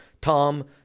Tom